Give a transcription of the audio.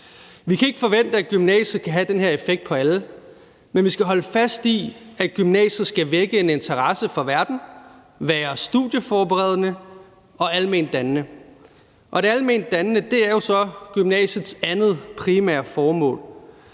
Vi kan ikke forvente, at gymnasiet kan have den her effekt på alle, men vi skal holde fast i, at gymnasiet skal vække en interesse for verden, være studieforberedende og alment dannende. Det alment dannende er jo så gymnasiets andet primære formål.